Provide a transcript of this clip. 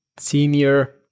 Senior